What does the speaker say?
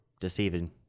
Deceiving